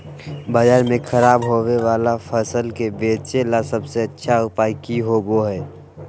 बाजार में खराब होबे वाला फसल के बेचे ला सबसे अच्छा उपाय की होबो हइ?